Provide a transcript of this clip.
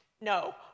no